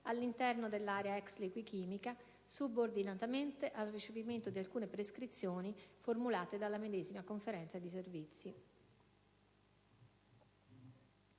all'interno dell'area ex Liquichimica subordinatamente al recepimento di alcune prescrizioni formulate dalla medesima Conferenza di servizi